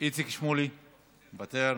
איציק שמולי מוותר,